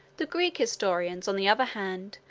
the greek historians, on the other hand,